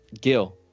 Gil